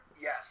Yes